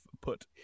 put